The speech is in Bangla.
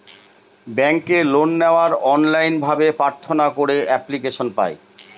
ব্যাঙ্কে লোন নেওয়ার অনলাইন ভাবে প্রার্থনা করে এপ্লিকেশন পায়